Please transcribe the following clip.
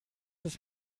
ist